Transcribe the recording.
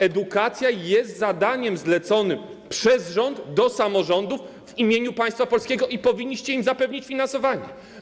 Edukacja jest zadaniem zleconym samorządom przez rząd w imieniu państwa polskiego i powinniście im zapewnić finansowanie.